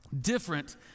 different